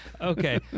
Okay